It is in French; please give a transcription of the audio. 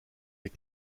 des